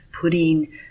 putting